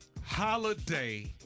Holiday